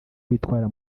bitwara